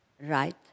Right